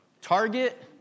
Target